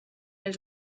els